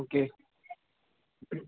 okay